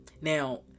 now